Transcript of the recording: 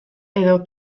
edo